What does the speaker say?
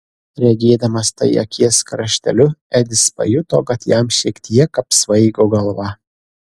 regėdamas tai akies krašteliu edis pajuto kad jam šiek tiek apsvaigo galva